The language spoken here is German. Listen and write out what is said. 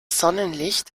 sonnenlicht